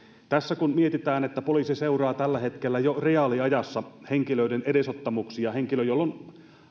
tässä kun mietitään että poliisi seuraa jo tällä hetkellä reaaliajassa sellaisen henkilön edesottamuksia jolla on